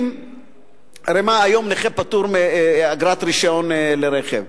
הרי היום נכה פטור מאגרת רשיון לרכב,